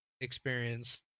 experience